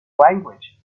language